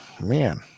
man